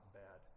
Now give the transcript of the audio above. bad